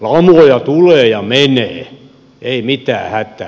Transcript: lamoja tulee ja menee ei mitään hätää